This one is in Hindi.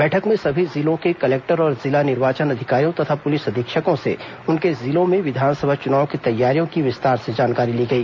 बैठक में सभी जिलों के कलेक्टर और जिला निर्वाचन अधिकारियों तथा पुलिस अधीक्षकों से उनके जिलों में विधानसभा चुनाव की तैयारियों की विस्तार से जानकारी ली गई